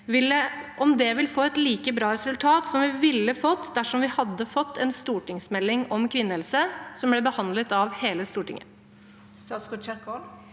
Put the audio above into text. vil gi et like bra resultat som vi ville fått dersom vi hadde fått en stortingsmelding om kvinnehelse som ble behandlet av hele Stortinget. Statsråd Ingvild